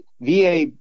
VA